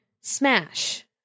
smash